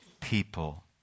people